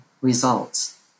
results